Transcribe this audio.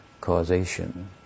causation